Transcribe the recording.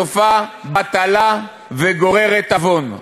סופה בטלה וגוררת עוון"